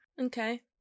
Okay